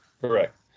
Correct